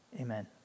Amen